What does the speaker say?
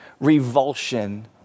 revulsion